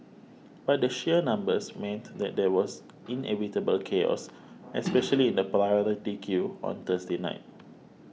but the sheer numbers meant that there was inevitable chaos especially in the priority queue on Thursday night